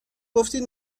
گفتید